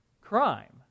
crime